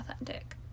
authentic